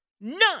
none